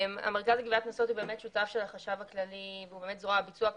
המרכז לגביית קנסות הוא באמת שותף של החשב הכללי והוא זרוע ביצועית